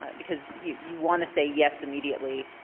because you you wanna say yes immediately,